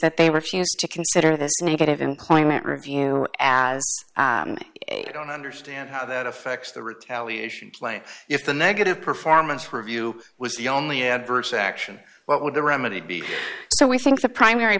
that they refuse to consider this negative employment review as i don't understand how that affects the retaliation play if the negative performance review was the only adverse action what would the remedy be so we think the primary